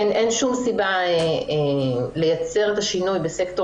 אין שום סיבה לייצר את השינוי בסקטור